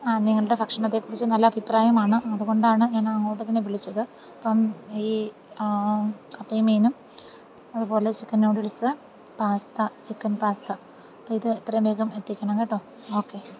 ആ നിങ്ങളുടെ ഭക്ഷണത്തെ കുറിച്ച് നല്ല അഭിപ്രായമാണ് അതുകൊണ്ടാണ് ഞങ്ങള് അങ്ങോട്ടു തന്നെ വിളിച്ചത് അപ്പോള് ഈ കപ്പയും മീനും അതുപോലെ chicken noodles pasta chicken pasta ഇത് എത്രയും വേഗം എത്തിക്കണം കേട്ടോ ഓക്കെ